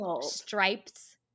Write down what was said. stripes